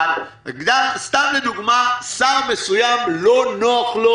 סתם לדוגמה, שר מסוים, לא נוח לו